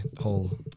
whole